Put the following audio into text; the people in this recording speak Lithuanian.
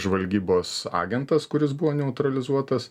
žvalgybos agentas kuris buvo neutralizuotas